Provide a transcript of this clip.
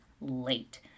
late